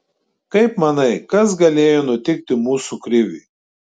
kaip manai kas galėjo nutikti mūsų kriviui